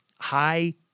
high